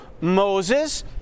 Moses